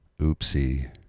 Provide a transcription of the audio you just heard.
Oopsie